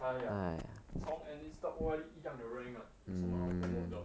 !aiya! 从 enlist 到 O_R_D 一样的 rank lah 有什么好 promote 的